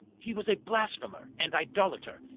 he was a blasphemer and idolater,